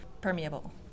permeable